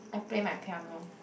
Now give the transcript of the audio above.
I play my piano